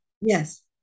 Yes